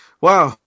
wow